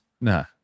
No